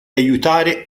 aiutare